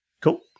Cool